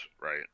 right